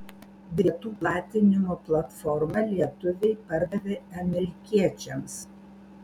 bilietų platinimo platformą lietuviai pardavė amerikiečiams